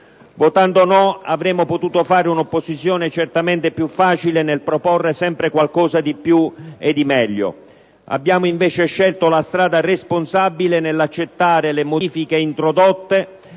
Votando no avremmo potuto fare una opposizione certamente più facile nel proporre sempre qualcosa di più e di meglio. Abbiamo invece scelto la strada responsabile nell'accettare le modifiche introdotte